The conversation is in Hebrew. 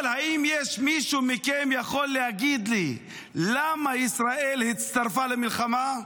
אבל האם מישהו מכם יכול להגיד לי למה ישראל הצטרפה למלחמה?